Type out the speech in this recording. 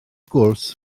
gwrs